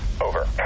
Over